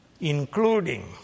including